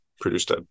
produced